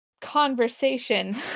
conversation